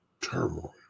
turmoil